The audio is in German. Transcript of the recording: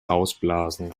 ausblasen